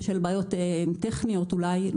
בשל בעיות טכניות אולי,